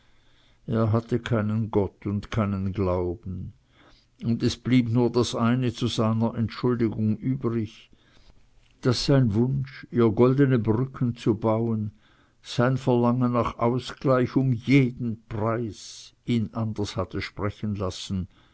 er hatte keinen gott und keinen glauben und es blieb nur das eine zu seiner entschuldigung übrig daß sein wunsch ihr goldne brücken zu bauen sein verlangen nach ausgleich um jeden preis ihn anders hatte sprechen lassen